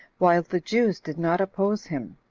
while the jews did not oppose him,